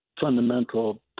fundamental